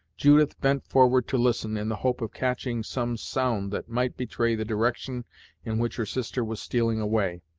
judith bent forward to listen, in the hope of catching some sound that might betray the direction in which her sister was stealing away,